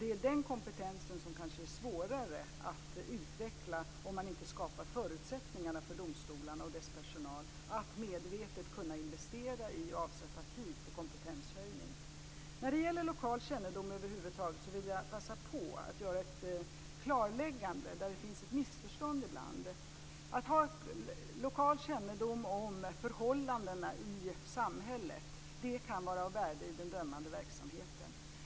Det är den kompetensen som kanske är svårare att utveckla om man inte skapar förutsättningar för domstolarna och deras personal att medvetet kunna investera i och avsätta tid för kompetenshöjning. När det gäller lokal kännedom över huvud taget vill jag passa på att göra ett klarläggande där det ibland finns ett missförstånd. Att ha lokal kännedom om förhållandena i samhället kan vara av värde i den dömande verksamheten.